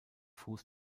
fuß